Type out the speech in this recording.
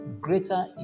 greater